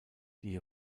die